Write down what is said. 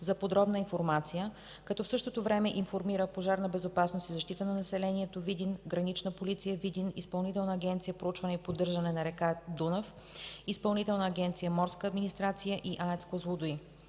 за подробна информация, като в същото време информира „Пожарна безопасност и защита на населението” – Видин, „Гранична полиция” – Видин, Изпълнителна агенция „Проучване и поддържане на река Дунав”, Изпълнителна агенция „Морска администрация” и АЕЦ „Козлодуй”.